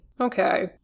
okay